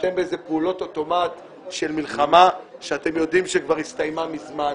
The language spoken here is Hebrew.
- אתם באיזה פעולות אוטומטיות של מלחמה שאתם יודעים שכבר הסתיימה מזמן,